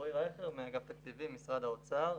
רועי רייכר מאגף תקציבים במשרד האוצר.